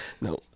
No